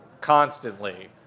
constantly